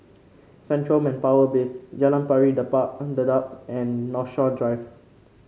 Central Manpower Base Jalan Pari Dedap and Dedap and Northshore Drive